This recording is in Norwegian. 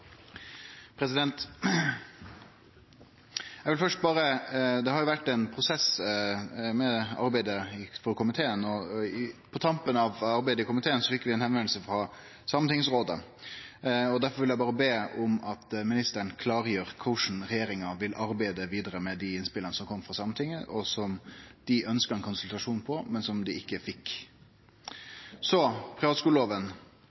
vil eg berre be om at ministeren klargjer korleis regjeringa vil arbeide vidare med dei innspela som kom frå Sametinget, og som dei ønskte ein konsultasjon om, men som dei ikkje